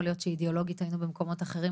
יכול להיות שאידיאולוגית היינו במקומות אחרים,